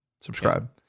Subscribe